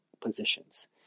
positions